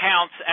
counts